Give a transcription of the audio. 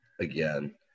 again